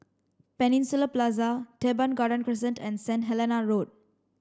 Peninsula Plaza Teban Garden Crescent and Saint Helena Road